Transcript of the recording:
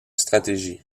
stratégie